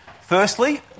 Firstly